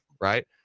right